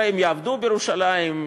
הרי הם יעבדו בירושלים,